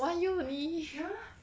one year only